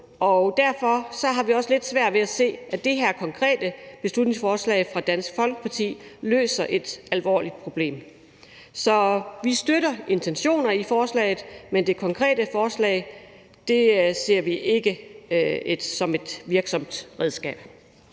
Derfor har vi også lidt svært ved at se, at det her konkrete beslutningsforslag fra Dansk Folkeparti løser et alvorligt problem. Så vi støtter intentionerne i forslaget, men det konkrete forslag ser vi ikke som et virksomt redskab.